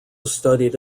studied